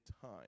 time